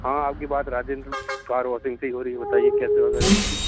हाँ आपकी बात राजेंद्र कार वाशिंग से ही हो रही है बताइए क्या सेवा करें आपकी